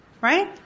Right